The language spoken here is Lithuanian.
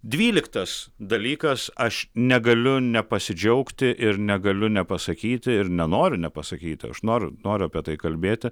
dvyliktas dalykas aš negaliu nepasidžiaugti ir negaliu nepasakyti ir nenoriu nepasakyti aš noriu noriu apie tai kalbėti